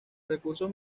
recursos